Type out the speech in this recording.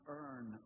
earn